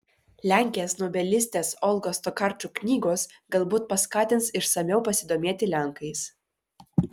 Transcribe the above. lenkės nobelistės olgos tokarčuk knygos galbūt paskatins išsamiau pasidomėti lenkais